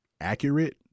accurate